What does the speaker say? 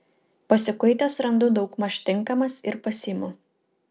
pasikuitęs randu daugmaž tinkamas ir pasiimu